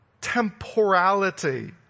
temporality